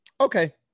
Okay